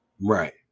Right